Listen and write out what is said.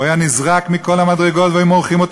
הוא היה נזרק מכל המדרגות והיו מורחים אותו